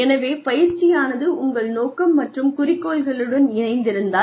எனவே பயிற்சியானது உங்கள் நோக்கம் மற்றும் குறிக்கோள்களுடன் இணைந்திருந்தால்